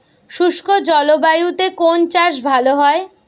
শুষ্ক জলবায়ুতে কোন চাষ ভালো হয়?